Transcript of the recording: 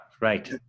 right